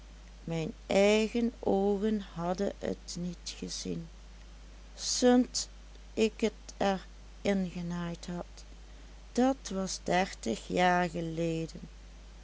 mijn eigen oogen hadden et niet gezien sunt ik et er in genaaid had dat was dertig jaar geleden